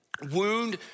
Wound